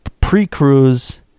Pre-cruise